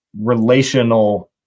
relational